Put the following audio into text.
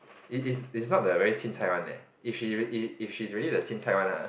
is is is not the very chin-cai one leh if she if she's really the chin-cai one ah